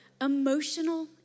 emotional